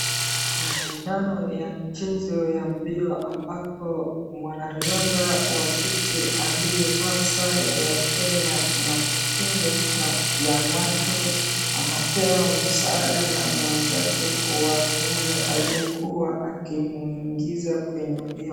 Mashindano ya michezo ya mbio ambapo mwanariadha wa kike aliyevaa sare ya Kenya na kinga cha ya macho anapewa msaada na mwenzake wa kiume aliyekuwa akimwingiza kwenye mbio.